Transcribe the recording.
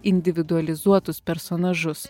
individualizuotus personažus